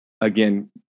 again